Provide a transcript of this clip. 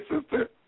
sister